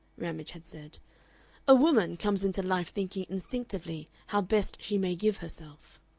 ramage had said a woman comes into life thinking instinctively how best she may give herself.